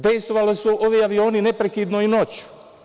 Dejstvovali su ovi avioni neprekidno i noću.